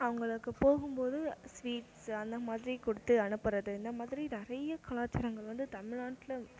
அவங்களுக்கு போகும்போது ஸ்வீட்ஸு அந்த மாதிரி கொடுத்து அனுப்புறது இந்த மாதிரி நிறைய கலாச்சாரங்கள் வந்து தமிழ்நாட்டில்